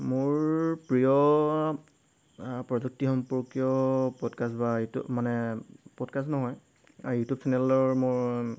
মোৰ প্ৰিয় প্ৰযুক্তি সম্পৰ্কীয় প'ডকাষ্ট বা ইউটিউব মানে প'ডকাষ্ট নহয় আৰু ইউটিউব চেনেলৰ মোৰ